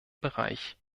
bereich